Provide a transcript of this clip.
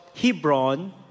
Hebron